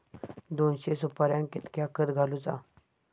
दोनशे सुपार्यांका कितक्या खत घालूचा?